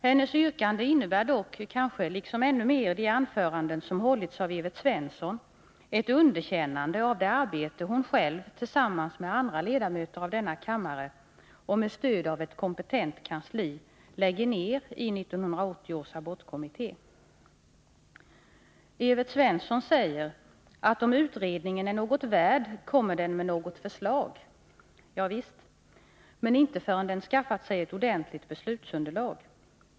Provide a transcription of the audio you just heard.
Hennes yrkande innebär dock — liksom kanske ännu mer de anföranden som hållits av Evert Svensson — ett underkännande av det arbete hon själv tillsammans med andra ledamöter av denna kammare och med stöd av ett kompetent kansli lägger ned i 1980 års abortkommitté. Evert Svensson säger att om utredningen är något värd kommer den med ett förslag. Ja, visst! Men inte förrän den skaffat sig ett ordentligt beslutsunderlag.